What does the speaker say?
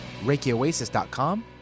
reikioasis.com